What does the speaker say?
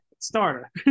Starter